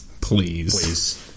Please